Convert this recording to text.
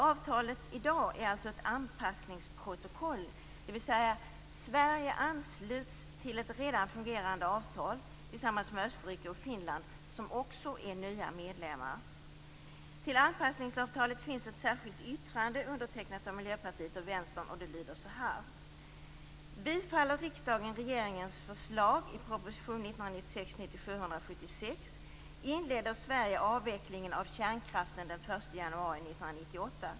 Avtalet i dag är alltså ett anpassningsprotokoll, dvs. Sverige ansluts till ett redan fungerande avtal tillsammans med Österrike och Finland som också är nya medlemmar. Till betänkandet finns ett särskilt yttrande av Miljöpartiet och Vänsterpartiet. Det lyder så här: "Bifaller riksdagen regeringens förslag i proposition 1996/97:176 inleder Sverige avvecklingen av kärnkraften den 1 januari 1998.